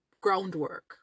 groundwork